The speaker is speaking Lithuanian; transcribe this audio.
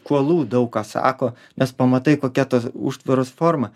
kuolų daug ką sako nes pamatai kokia ta užtvaros forma